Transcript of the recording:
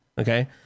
Okay